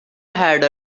has